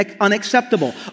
unacceptable